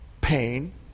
pain